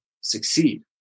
succeed